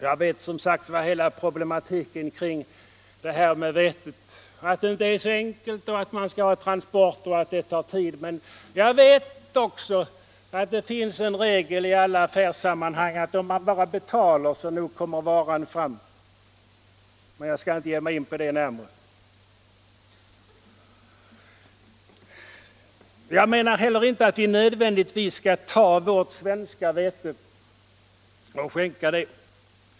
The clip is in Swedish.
Jag känner som sagt till hela problematiken kring vetet — att den inte är så enkel, att man skall ha transporter och att allt detta tar tid. Men jag vet också att det finns en regel i alla affärssammanhang, att om man bara betalar så nog kommer varan fram. Men jag skall inte ge mig närmare in på det. Jag menar inte heller att vi nödvändigtvis skall ta vårt svenska vete och skänka just det.